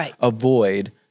avoid